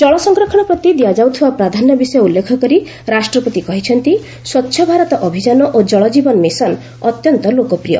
ଜଳ ସଂରକ୍ଷଣ ପ୍ରତି ଦିଆଯାଉଥିବା ପ୍ରାଧାନ୍ୟ ବିଷୟ ଉଲ୍ଲେଖ କରି ରାଷ୍ଟ୍ରପତି କହିଛନ୍ତି ସ୍ୱଚ୍ଛ ଭାରତ ଅଭିଯାନ ଓ ଜଳ ଜୀବନ ମିଶନ ଅତ୍ୟନ୍ତ ଲୋକପ୍ରିୟ